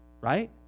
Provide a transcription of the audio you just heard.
right